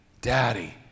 Daddy